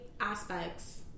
aspects